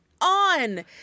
on